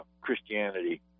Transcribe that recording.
Christianity